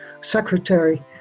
secretary